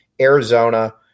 Arizona